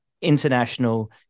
international